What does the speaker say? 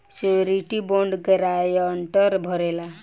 surety bond guarantor भरेला